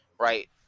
right